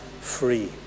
free